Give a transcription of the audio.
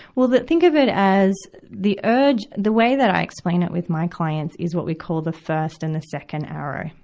well the, think of it as the urge the way that i explain it with my clients is what we call the first and the second arrow,